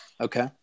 Okay